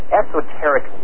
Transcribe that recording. esoteric